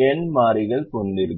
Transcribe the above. இரண்டு n மாறிகள் கொண்டிருக்கும்